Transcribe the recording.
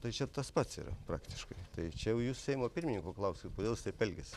tai čia tas pats yra praktiškai tai čia jau jūs seimo pirmininko klauskit kodėl jis taip elgiasi